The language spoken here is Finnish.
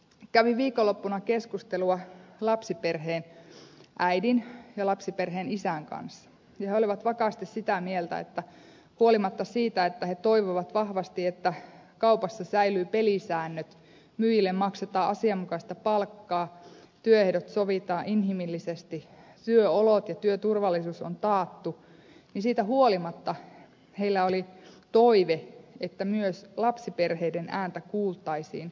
kävin viikonloppuna keskustelua lapsiperheen äidin ja lapsiperheen isän kanssa ja he olivat vakaasti sitä mieltä että huolimatta siitä että he toivovat vahvasti että kaupassa säilyvät pelisäännöt myyjille maksetaan asianmukaista palkkaa työehdot sovitaan inhimillisesti työolot ja työturvallisuus on taattu siitä huolimatta heillä oli toive että myös lapsiperheiden ääntä kuultaisiin